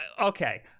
okay